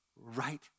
right